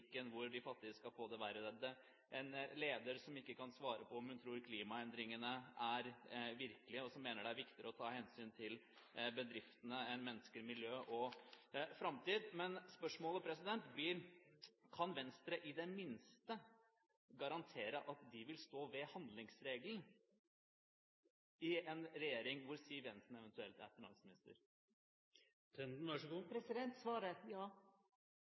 hvor de fattige skal få det verre, en leder som ikke kan svare på om hun tror klimaendringene er virkelige, og som mener det er viktigere å ta hensyn til bedriftene enn mennesker, miljø og framtid. Men spørsmålet blir: Kan Venstre i det minste garantere at de vil stå ved handlingsregelen i en regjering hvor Siv Jensen eventuelt er